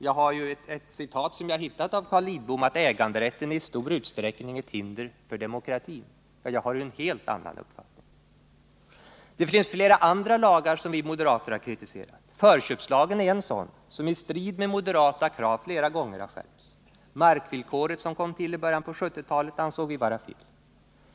Jag har hittat ett citat av Carl Lidbom om att ”äganderätten i stor utsträckning är ett hinder för demokratin”. Jag hyser en helt annan uppfattning. Det finns flera andra lagar som vi moderater också har kritiserat. Förköpslagen är en sådan, som i strid med moderata krav flera gånger har skärpts. Markvillkoret, som kom till i början på 1970-talet, ansåg vi vara fel.